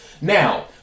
Now